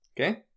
Okay